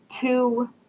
two